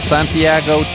Santiago